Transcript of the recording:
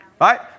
Right